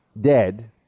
dead